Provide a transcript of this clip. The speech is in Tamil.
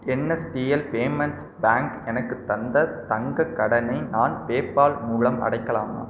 என்எஸ்டிஎல் பேமெண்ட்ஸ் பேங்க் எனக்கு தந்த தங்க கடனை நான் பேபால் மூலம் அடைக்கலாமா